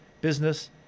business